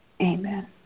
Amen